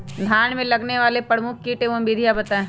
धान में लगने वाले प्रमुख कीट एवं विधियां बताएं?